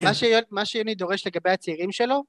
מה שיוני דורש לגבי הצעירים שלו